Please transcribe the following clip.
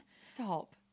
stop